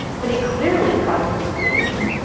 but it clearly causes disease.